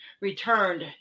returned